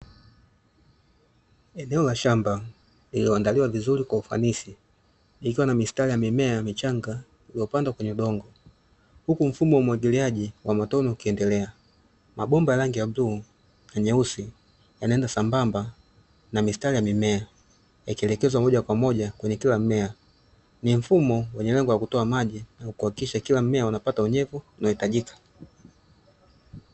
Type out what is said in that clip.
Eneo la shamba lilioandaliwa vizuri kwa ufanisi, likiwa lina mstari ya mimea michanga iliyopandwa kwenye udongo, huku mfumo wa umwagiliaji wa matone ukiendelea. Mabomba ya rangi ya bluu na nyeusi yanaenda sambamba na mistari wa mimea yakielekezwa moja kwa moja kwenye kila mmea, ni mfumo wenye lengo la kutoa maji kuhakikisha kila mmea ubapata unyevu unaohitajika.